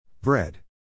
Bread